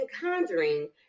conjuring